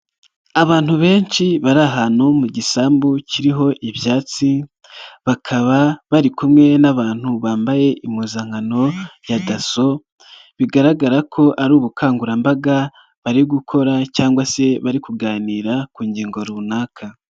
Abantu benshi bari ahantu mu gisambu kiriho ibyatsi, bakaba bari kumwe n'abantu bambaye impuzankano ya daso, bigaragara ko ari ubukangurambaga bari gukora cyangwa se bari kuganira ku ngingo runaka.